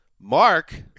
Mark